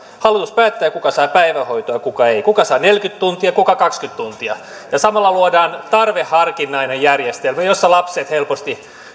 hallitus päättää kuka saa päivähoitoa kuka ei kuka saa neljäkymmentä tuntia kuka kaksikymmentä tuntia ja samalla luodaan tarveharkintainen järjestelmä jossa lapset helposti